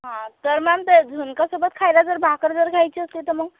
हा तर मॅम ते झुणकासोबत खायला जर भाकर जर खायची असली तर मग